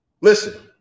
Listen